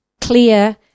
clear